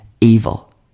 evil